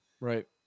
right